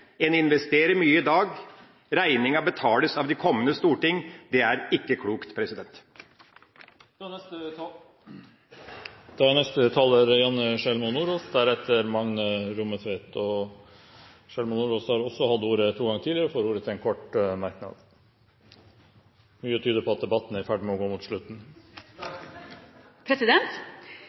En investerer mye i dag. Regningen betales av de kommende storting. Det er ikke klokt. Representanten Janne Sjelmo Nordås har hatt ordet to ganger tidligere i debatten og får ordet til en kort merknad, begrenset til 1 minutt. Mye tyder på at debatten er i ferd med å gå mot slutten.